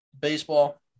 Baseball